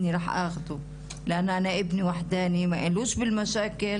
אנחנו מדברים גם כן על הפוגעים.